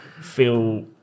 feel